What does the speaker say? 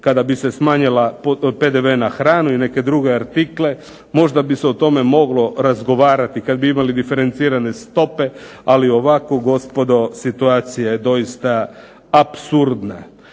Kada bi se smanjila PDV na hranu i neke druge artikle možda bi se o tome moglo razgovarati kad bi imali diferencirane stope. Ali ovako gospodo situacija je doista apsurdna.